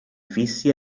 fissi